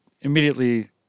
immediately